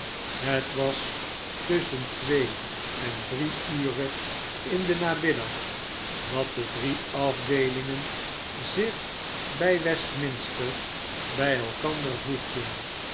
het was tusschen twee en drie ure in den namiddag dat de drie afdeelingen zich bij westminster bij elkander voegden